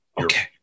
Okay